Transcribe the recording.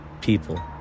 people